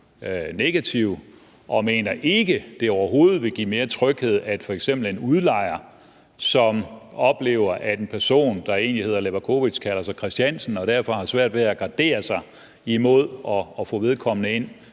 og mener ikke, at det overhovedet vil give mere tryghed i forhold til f.eks. en udlejer, som oplever, at en person, der egentlig hedder Levakovic, kalder sig Christiansen, og derfor har svært ved at gardere sig imod at få vedkommende ind